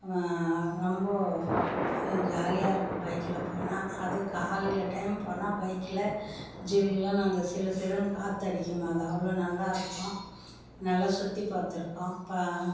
ரொம்ப ஜாலியாக இருக்கும் பைக்கில் போனால் அதுவும் காலையில் டைம் போனால் பைக்கில் ஜில்லுனு அந்த சிலு சிலுனு காற்று அடிக்கும் அது அவ்வளோ நல்லாயிருக்கும் நல்ல சுற்றி பார்த்துருக்கோம் பா